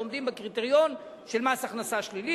שעומדים בקריטריון של מס הכנסה שלילי,